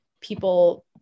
people